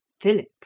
Philip